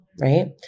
right